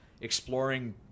exploring